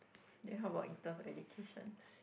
then how about in terms of education